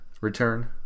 return